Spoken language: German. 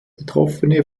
betroffene